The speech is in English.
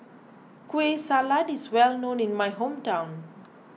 Kueh Salat is well known in my hometown